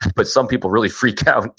but some people really freak out